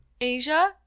Asia